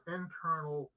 internal